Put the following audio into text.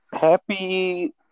happy